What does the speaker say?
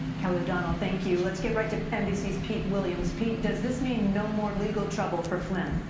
kelly o'donnell, thank you. let's get right to nbc's pete williams. pete, does this mean no more legal trouble for flynn?